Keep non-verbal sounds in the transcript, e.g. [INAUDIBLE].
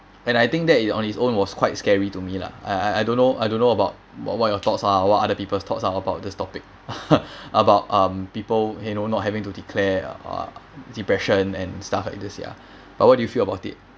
and I think that it on its own was quite scary to me lah I I don't know I don't know about about what your thoughts are what other people's thoughts are about this topic [LAUGHS] about um people you know not having to declare uh depression and stuff like this ya but what do you feel about it